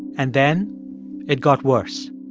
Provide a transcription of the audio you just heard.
and then it got worse.